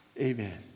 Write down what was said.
Amen